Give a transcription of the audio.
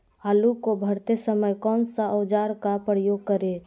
आलू को भरते समय कौन सा औजार का प्रयोग करें?